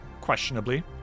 questionably